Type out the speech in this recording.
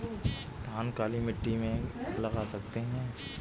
धान काली मिट्टी में लगा सकते हैं?